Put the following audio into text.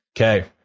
Okay